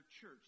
church